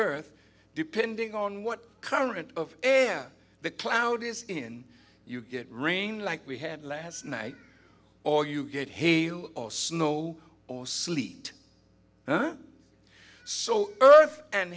earth depending on what current of the cloud is in you get rain like we had last night or you get healed or snow or sleet and so earth and